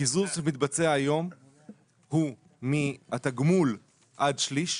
הקיזוז שמתבצע היום מהתגמול הוא עד שליש,